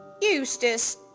Eustace